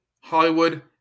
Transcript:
Hollywood